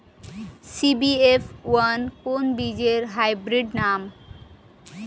CBF one কোন বীজের hybrid নাম?